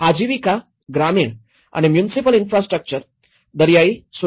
આજીવિકા ગ્રામીણ અને મ્યુનિસિપલ ઇન્ફ્રાસ્ટ્રક્ચર દરિયાઇ સુરક્ષા